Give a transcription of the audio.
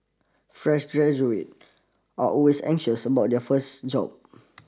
fresh graduate are always anxious about their first job